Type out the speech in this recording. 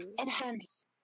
Enhance